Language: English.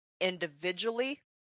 Individually